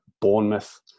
Bournemouth